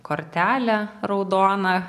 kortelę raudoną